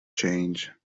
change